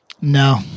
No